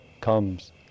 comes